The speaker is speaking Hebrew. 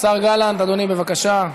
השר גלנט, אדוני, בבקשה.